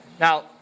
Now